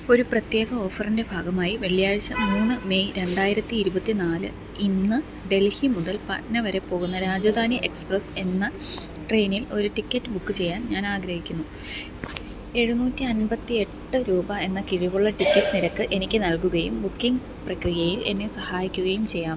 ഒരു പ്രത്യേക ഓഫറിൻ്റെ ഭാഗമായി വെള്ളിയാഴ്ച മൂന്ന് മെയ് രണ്ടായിരത്തി ഇരുപത്തി നാല് ഇന്ന് ഡൽഹി മുതൽ പാറ്റ്ന വരെ പോകുന്ന രാജധാനി എക്സ്പ്രസ്സ് എന്ന ട്രെയിനിൽ ഒരു ടിക്കറ്റ് ബുക്ക് ചെയ്യാൻ ഞാൻ ആഗ്രഹിക്കുന്നു എഴുന്നൂറ്റി അൻപത്തി എട്ട് രൂപ എന്ന കിഴിവുള്ള ടിക്കറ്റ് നിരക്ക് എനിക്ക് നൽകുകയും ബുക്കിംഗ് പ്രക്രിയയിൽ എന്നെ സഹായിക്കുകയും ചെയ്യാമോ